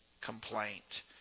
complaint